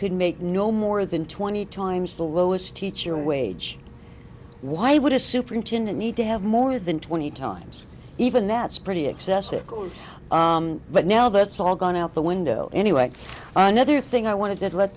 could make no more than twenty times the lowest teacher wage why would a superintendent need to have more than twenty times even that's pretty excessive cold but now that's all gone out the window anyway another thing i wanted to let